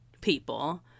people